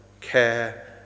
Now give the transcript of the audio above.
care